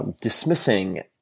dismissing